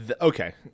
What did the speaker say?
Okay